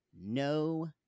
No